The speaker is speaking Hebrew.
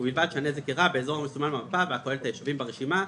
ובלבד שהנזק אירע באזור המסומן במפה והכולל את היישובים ברשימה,